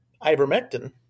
ivermectin